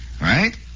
right